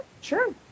sure